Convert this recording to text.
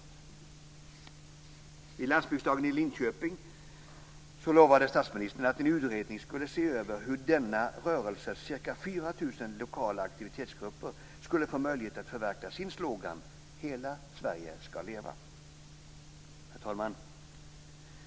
Vid Landsbygdsriksdagen i Linköping lovade statsministern att en utredning skulle se över hur denna rörelses ca 4 000 lokala aktivitetsgrupper skulle få möjlighet att förverkliga sin slogan Hela Sverige skall leva. Herr talman!